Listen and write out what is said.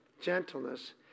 gentleness